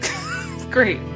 great